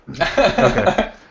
Okay